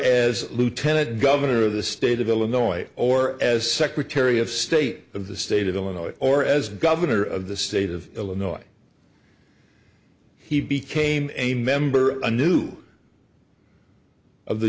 as lieutenant governor of the state of illinois or as secretary of state of the state of illinois or as governor of the state of illinois he became a member of new of the